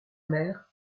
mère